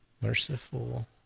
Merciful